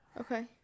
Okay